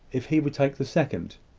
if he would take the second.